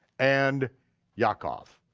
and yaakov,